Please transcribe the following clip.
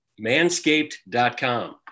manscaped.com